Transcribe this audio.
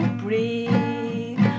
breathe